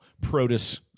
Protus